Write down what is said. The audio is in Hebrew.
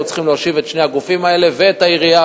היו צריכים להושיב את שני הגופים האלה ואת העירייה